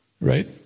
Right